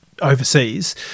overseas